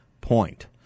point